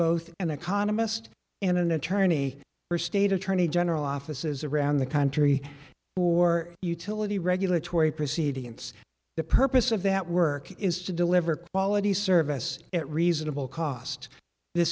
both an economist and an attorney for state attorney general offices around the country or utility regulatory proceeding it's the purpose of that work is to deliver quality service at reasonable cost the